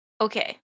Okay